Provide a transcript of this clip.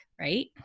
right